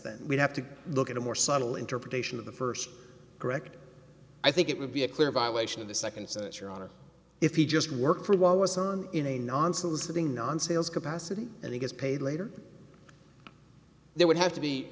then we'd have to look at a more subtle interpretation of the first correct i think it would be a clear violation of the second set your honor if you just work for a while i was on in a non soliciting non sale capacity and he gets paid later there would have to be